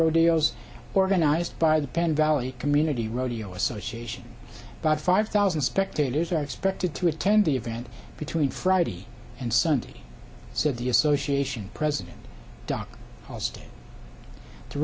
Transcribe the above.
rodeos organized by the penn valley community rodeo association but five thousand spectators are expected to attend the event between friday and sunday said the association president d